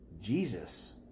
Jesus